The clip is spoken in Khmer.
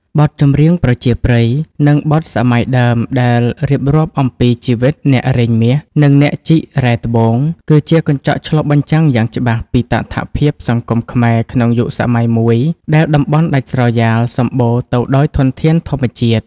បទចម្រៀងប្រជាប្រិយ និងបទសម័យដើមដែលរៀបរាប់អំពីជីវិតអ្នករែងមាស និងអ្នកជីករ៉ែត្បូង គឺជាកញ្ចក់ឆ្លុះបញ្ចាំងយ៉ាងច្បាស់ពីតថភាពសង្គមខ្មែរក្នុងយុគសម័យមួយដែលតំបន់ដាច់ស្រយាលសម្បូរទៅដោយធនធានធម្មជាតិ។